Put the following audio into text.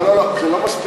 לא, לא, לא, זה לא מספיק,